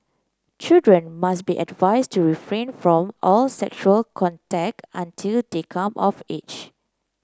children must be advised to refrain from all sexual contact until they come of age